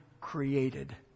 created